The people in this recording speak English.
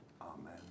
Amen